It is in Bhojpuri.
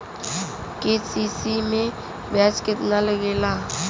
के.सी.सी में ब्याज कितना लागेला?